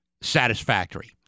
satisfactory